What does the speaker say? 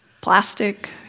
plastic